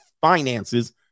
finances